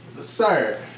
Sir